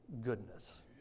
goodness